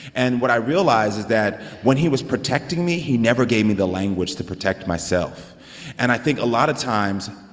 and what i realized is that when he was protecting me, he never gave me the language to protect myself and i think a lot of times,